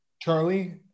Charlie